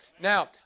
Now